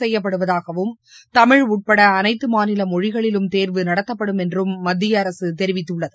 செய்யப்படுவதாகவும் தமிழ் உட்பட அனைத்து மாநில மொழிகளிலும் தேர்வு நடத்தப்படும் என்று மத்திய அரசு தெரிவித்துள்ளது